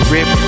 Rip